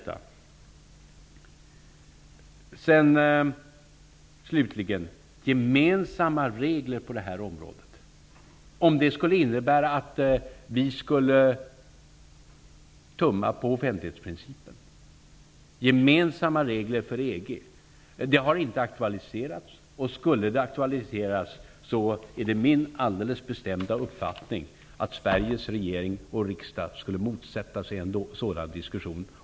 Slutligen vill jag säga något om gemensamma regler på detta område, som skulle innebära att vi skulle tumma på offentlighetsprincipen. Gemensamma regler för EG har inte aktualiserats. Skulle det aktualiseras, är det min alldeles bestämda uppfattning att Sveriges regering och riksdag skulle motsätta sig en sådan diskussion.